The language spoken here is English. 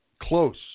Close